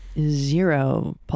zero